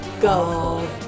go